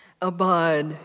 abide